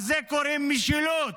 לזה קוראים משילות.